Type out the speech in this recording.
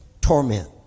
torment